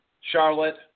Charlotte